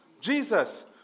Jesus